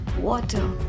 Water